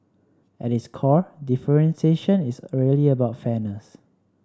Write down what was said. at its core differentiation is a really about fairness